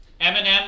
Eminem